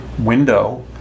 window